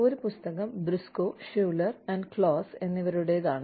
ഒരു പുസ്തകം Briscoe Schuler Claus Briscoe Schuler and Claus എന്നിവരുടെതാണ്